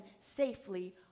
safely